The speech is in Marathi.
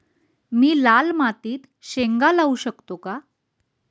मी लाल मातीत शेंगा लावू शकतो का?